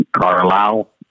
Carlisle